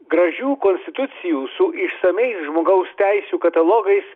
gražių konstitucijų su išsamiais žmogaus teisių katalogais